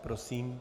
Prosím.